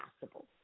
possible